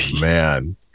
man